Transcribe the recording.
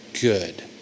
good